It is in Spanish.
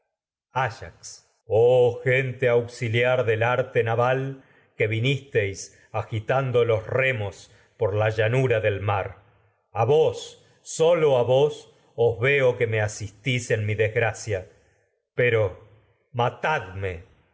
gente auxiliar por del arte naval que vi agitando los vos os veo remos la llanura del mar a vos sólo a que me asistís en mi desgracia pero matadme